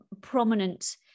prominent